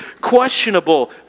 questionable